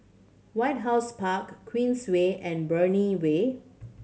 White House Park Queensway and Brani Way